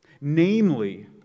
Namely